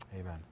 Amen